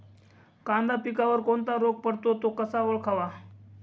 कांदा पिकावर कोणता रोग पडतो? तो कसा ओळखावा?